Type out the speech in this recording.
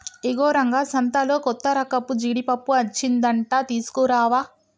ఇగో రంగా సంతలో కొత్తరకపు జీడిపప్పు అచ్చిందంట తీసుకురావా